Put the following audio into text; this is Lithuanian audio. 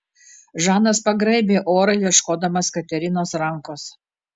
žanas pagraibė orą ieškodamas katerinos rankos